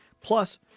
plus